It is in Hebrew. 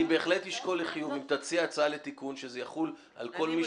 אני אשמח אם תציע הצעה להחיל את זה על כל מי